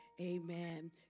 Amen